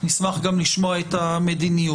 נשמח גם לשמוע את המדיניות.